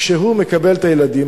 כשהוא מקבל את הילדים,